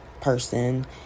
person